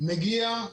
מגיע,